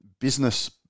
business